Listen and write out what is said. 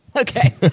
Okay